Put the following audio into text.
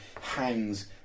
hangs